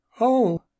Oh